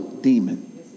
demon